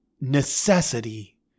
necessity